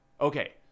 Okay